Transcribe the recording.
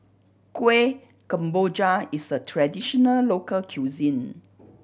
Kueh Kemboja is a traditional local cuisine